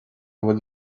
bhfuil